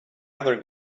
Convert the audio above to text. other